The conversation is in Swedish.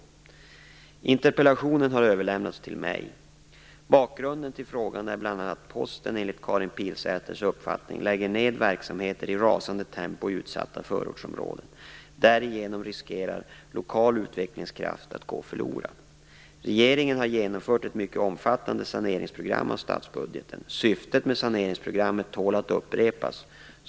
Interpellationen har överlämnats till mig. Bakgrunden till frågan är bl.a. att Posten enligt Karin Pilsäters uppfattning lägger ned verksamheter i rasande tempo i utsatta förortsområden. Därigenom riskerar lokal utvecklingskraft att gå förlorad. Regeringen har genomfört ett mycket omfattande program för sanering av statsbudgeten. Syftet med saneringsprogrammet tål att upprepas.